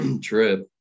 trip